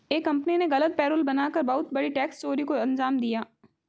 एक कंपनी ने गलत पेरोल बना कर बहुत बड़ी टैक्स चोरी को अंजाम दिया